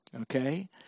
Okay